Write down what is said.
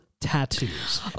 tattoos